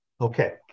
Okay